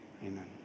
amen